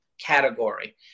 category